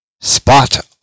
Spot